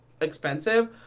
expensive